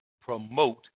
promote